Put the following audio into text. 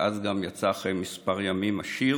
ואז גם יצא אחרי כמה ימים השיר